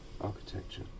architecture